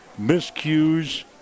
miscues